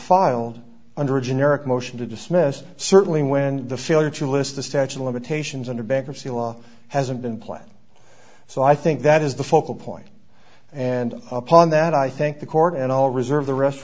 filed under a generic motion to dismiss certainly when the failure to list the statute of limitations under bankruptcy law hasn't been planned so i think that is the focal point and upon that i think the court and i'll reserve the rest